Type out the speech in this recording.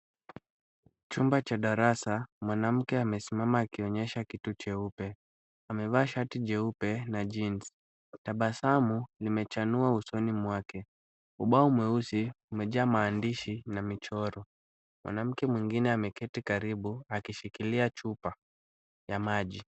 Chumba cha darasa, mwanamke amesimama akionyesha kitu cheupe. Amevaa shati jeupe na jeans . Tabasamu imechanua usoni mwake. Ubao mweusi umejaa maandishi na michoro. Mwanamke mwingine ameketi karibu ameshikilia chupa ya maji.